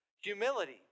humility